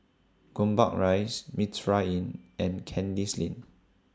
Gombak Rise Mitraa Inn and Kandis Lane